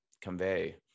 convey